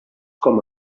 com